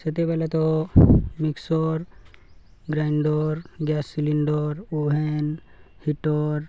ସେତେବେଳେ ତ mixer grinder gas cylinder oven heater